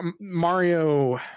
Mario